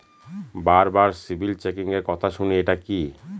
বারবার সিবিল চেকিংএর কথা শুনি এটা কি?